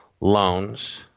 loans